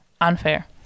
Unfair